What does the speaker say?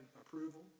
approval